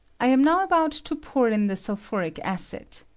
i am now about to pour in the sulphuric acid.